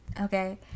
okay